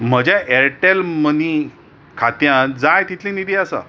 म्हज्या ऍरटॅल मनी खात्यांत जाय तितली निधी आसा